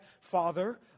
father